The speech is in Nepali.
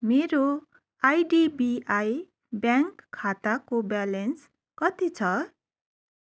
मेरो आइडिबिआई ब्याङ्क खाताको ब्यालेन्स कति छ